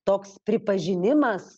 toks pripažinimas